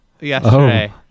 yesterday